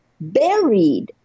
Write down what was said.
buried